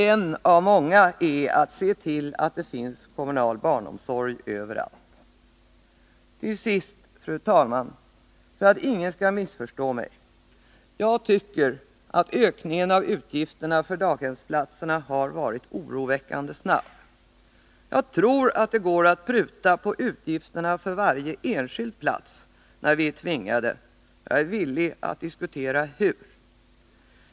En av många är att se till att det finns kommunal barnomsorg överallt. Till sist, fru talman, för att ingen skall missförstå mig: Jag tycker att ökningen av utgifterna för daghemsplatserna har varit oroväckande snabb. Jag tror det går att pruta på utgifterna för varje enskild plats när vi är tvingade, och jag är villig att diskutera hur.